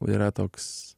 yra toks